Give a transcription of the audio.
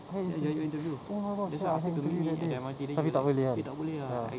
!hey! !hey! oh oh oh you asked me to meet you that day tapi tak boleh ya ya